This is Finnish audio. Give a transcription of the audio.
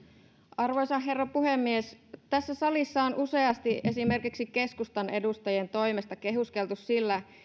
arvoisa herra puhemies tässä salissa on useasti esimerkiksi keskustan edustajien toimesta kehuskeltu sillä